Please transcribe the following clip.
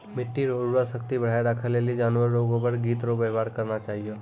मिट्टी रो उर्वरा शक्ति बढ़ाएं राखै लेली जानवर रो गोबर गोत रो वेवहार करना चाहियो